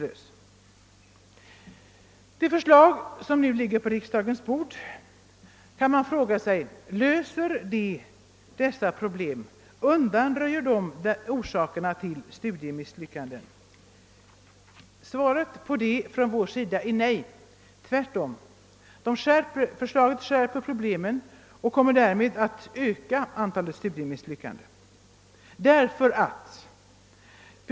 Löser då det förslag, som i dag ligger på riksdagens bord, verkligen dessa problem? Undanröjer förslaget vid ett genomförande orsakerna till studiemisslyckandena? Svaret blir från vår sida nej. Förslaget skärper tvärtom problemen och kommer därmed att öka antalet studiemisslyckanden. Jag vill anföra tre synpunkter. 1.